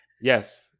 Yes